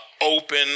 open